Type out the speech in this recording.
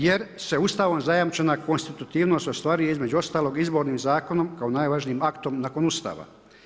Jer se Ustavom zajamčena konstitutivnost ostvaruje između ostalog, Izbornim zakonom, kao najvažnijim aktom nakon Ustava.